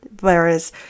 whereas